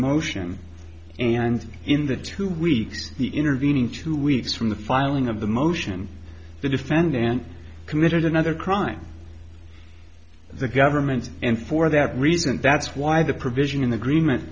motion and in the two weeks the intervening two weeks from the filing of the motion the defendant committed another crime the government and for that reason that's why the provision in the agreement